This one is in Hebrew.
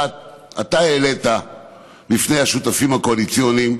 אתה העלית בפני השותפים הקואליציוניים,